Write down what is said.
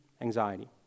anxiety